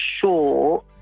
sure